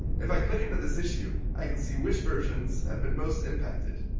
if i click into this issue, i can see which versions have been most impacted,